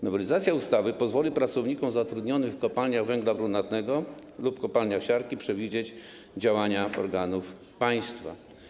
Nowelizacja ustawy pozwoli pracownikom zatrudnionym w kopalniach węglach brunatnego lub kopalniach siarki przewidzieć działania organów państwa.